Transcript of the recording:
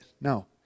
No